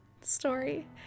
story